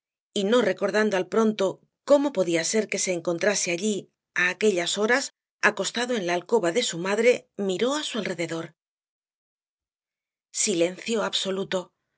y no recordando al pronto cómo podía ser que se encontrase allí á aquellas horas acostado en la alcoba de su madre miró á su alrededor silencio absoluto